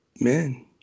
man